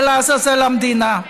ולעזאזל המדינה.